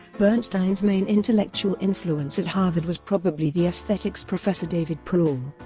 bernstein's main intellectual influence at harvard was probably the aesthetics professor david prall,